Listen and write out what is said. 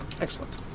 Excellent